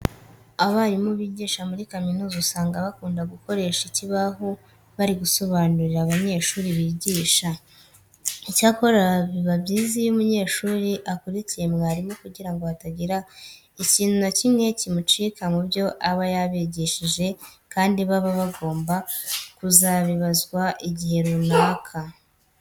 Abarimu bigisha muri kaminuza usanga bakunda gukoresha ikibaho bari gusobonurira abanyeshuri bigisha. Icyakora biba byiza iyo umunyeshuri akurikiye mwarimu kugira ngo hatagira ikintu na kimwe kimucika mu byo aba yabigishije kandi baba bagomba kuzabibazwa igihe runaka.